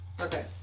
okay